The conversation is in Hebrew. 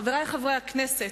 חברי חברי הכנסת,